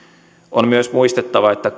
on myös muistettava että